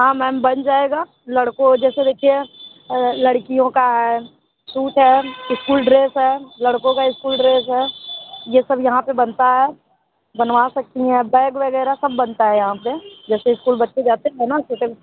हाँ मैम बन जाएगा लड़कों जैसे देखिए लड़कियों का है सूट है स्कूल ड्रेस है लड़कों का इस्कूल ड्रेस है यह सब यहाँ पर बनता है बनवा सकती हैं बैग वग़ैरह सब बनता है यहाँ पर जैसे स्कूल बच्चे जाते हैं ना छोटे